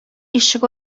ишек